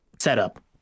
setup